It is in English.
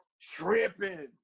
tripping